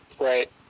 right